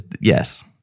yes